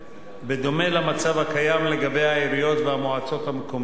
בדומה למצב הקיים בעיריות ובמועצות המקומיות.